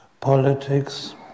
politics